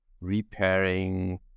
repairing